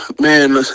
Man